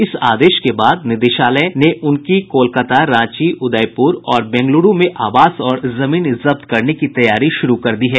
इस आदेश के बाद निदेशालय ने उनकी कोलकता रांची उदयपुर और बेंगलूरू में आवास और जमीन जब्त करने की तैयारी शुरू कर दी है